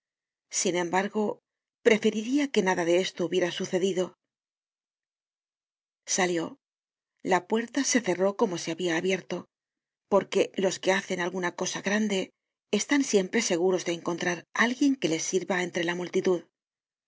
sin embargo preferiria que nada de esto hubiera sucedido salió la puerta se cerró como se habia abierto porque los que hacen alguna cosa grande están siempre seguros de encontrar alguien que les sirva entre la multitud